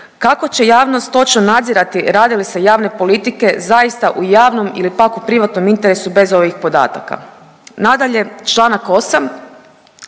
Kako će javnost točno nadzirati rade li se javne politike zaista u javnom ili pak u privatnom interesu bez ovih podataka? Nadalje, Članak 8.,